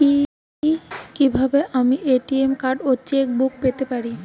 কি কিভাবে আমি এ.টি.এম কার্ড ও চেক বুক পেতে পারি?